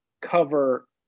cover